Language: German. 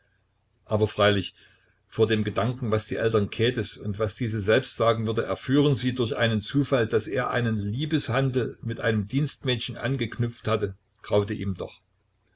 aber freilich vor dem gedanken was die eltern käthes und was diese selbst sagen würden erführen sie durch einen zufall daß er einen liebeshandel mit einem dienstmädchen angeknüpft hatte graute ihm doch